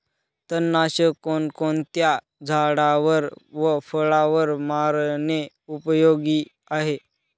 तणनाशक कोणकोणत्या झाडावर व फळावर मारणे उपयोगी आहे?